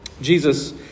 Jesus